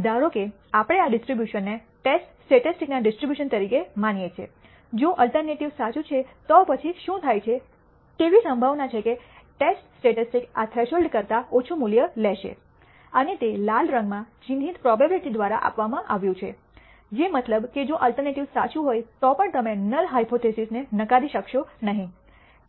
ધારો કે આપણે આ ડિસ્ટ્રીબ્યુશનને ટેસ્ટ સ્ટેટિસ્ટિક્સના ડિસ્ટ્રીબ્યુશન તરીકે માનીએ છીએ જો અલ્ટરનેટિવ સાચું છે તો પછી શું થાય છે તેવી સંભાવના છે કે ટેસ્ટ સ્ટેટિસ્ટિક્સ આ થ્રેશોલ્ડ કરતા ઓછું મૂલ્ય લેશે અને તે લાલ રંગમાં ચિહ્નિત પ્રોબેબીલીટી દ્વારા આપવામાં આવ્યું છે જે મતલબ કે જો અલ્ટરનેટિવ સાચું હોય તો પણ તમે નલ હાયપોથીસિસને નકારી શકશો નહીં